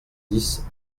dix